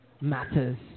matters